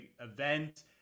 event